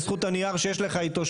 בזכות הנייר שיש לך איתו,